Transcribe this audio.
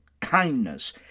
kindness